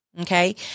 Okay